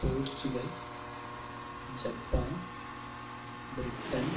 Portugal Japan Britain